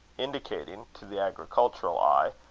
indicating, to the agricultural eye,